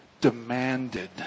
demanded